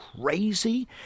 crazy